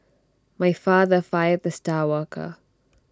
my father fired the star worker